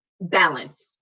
balance